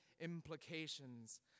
implications